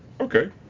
Okay